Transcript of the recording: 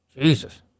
Jesus